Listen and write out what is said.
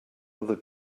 other